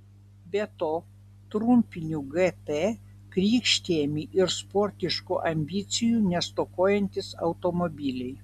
be to trumpiniu gt krikštijami ir sportiškų ambicijų nestokojantys automobiliai